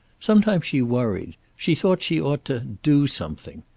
sometimes she worried. she thought she ought to do something.